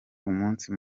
umunsi